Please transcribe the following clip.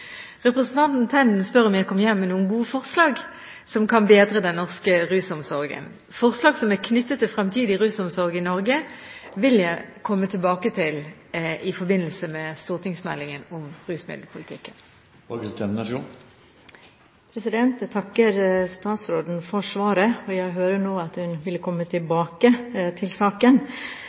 Representanten Tenden spør om jeg kom hjem med noen gode forslag som kan bedre den norske rusomsorgen. Forslag som er knyttet til fremtidig rusomsorg i Norge, vil jeg komme tilbake til i forbindelse med stortingsmeldingen om rusmiddelpolitikken. Jeg takker statsråden for svaret. Jeg hører nå at hun vil komme tilbake til saken.